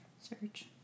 Search